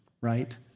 right